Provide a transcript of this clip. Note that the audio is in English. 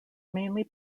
mainly